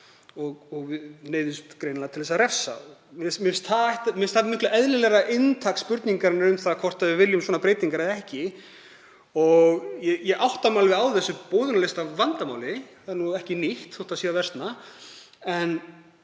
við neyðumst greinilega til að refsa. Mér finnst það miklu eðlilegra inntak spurningarinnar um það hvort við viljum svona breytingar eða ekki. Ég átta mig alveg á þessu boðunarlistavandamáli, það er ekki nýtt þótt það sé að versna, en